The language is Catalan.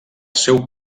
seu